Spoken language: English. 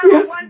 Yes